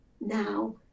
now